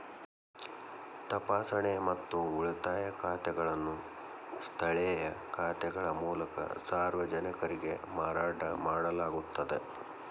ತಪಾಸಣೆ ಮತ್ತು ಉಳಿತಾಯ ಖಾತೆಗಳನ್ನು ಸ್ಥಳೇಯ ಶಾಖೆಗಳ ಮೂಲಕ ಸಾರ್ವಜನಿಕರಿಗೆ ಮಾರಾಟ ಮಾಡಲಾಗುತ್ತದ